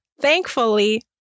thankfully